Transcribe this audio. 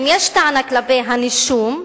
אם יש טענה כלפי הנישום,